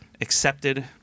Accepted